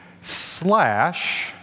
slash